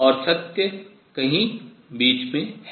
और सत्य कहीं बीच में है